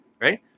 right